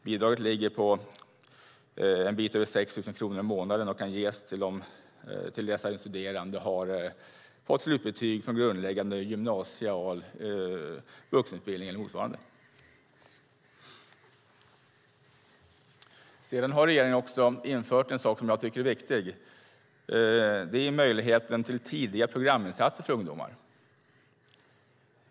Bidraget ligger på en bit över 6 000 kronor i månaden och kan ges till dess att den studerande har fått slutbetyg från grundläggande gymnasial vuxenutbildning eller motsvarande. Regeringen har också infört en sak som jag tycker är viktig. Det är möjligheten till tidiga programinsatser för ungdomar.